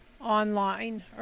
Online